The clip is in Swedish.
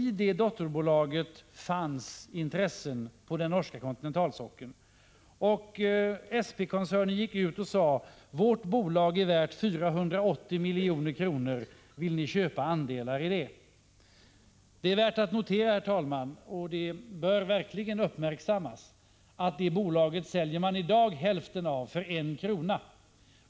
I detta dotterbolag fanns intressen på den norska kontinentalsockeln, och SP-koncernen gick ut och sade: Vårt bolag är värt 480 milj.kr. Vill ni köpa andelar i det? Det är värt att notera, herr talman, och det bör verkligen uppmärksammas att hälften av detta bolag i dag säljs för 1 kr.